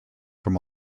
from